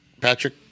Patrick